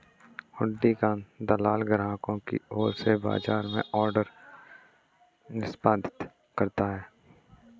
हुंडी का दलाल ग्राहकों की ओर से बाजार में ऑर्डर निष्पादित करता है